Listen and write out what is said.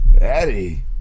Eddie